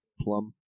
plum